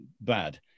bad